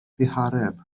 ddihareb